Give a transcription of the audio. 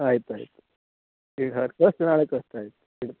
ಆಯ್ತು ಆಯಿತು ಈಗ ಕಳಿಸ್ತೆ ನಾಳೆ ಕಳಿಸ್ತೆ ಆಯ್ತು